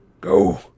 Go